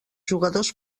jugadors